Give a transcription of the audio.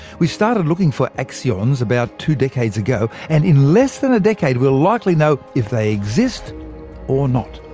we started looking for axions about two decades ago, and in less than a decade, we'll likely know if they exist or not.